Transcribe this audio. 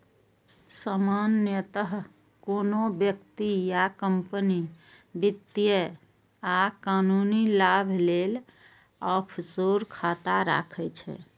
सामान्यतः कोनो व्यक्ति या कंपनी वित्तीय आ कानूनी लाभ लेल ऑफसोर खाता राखै छै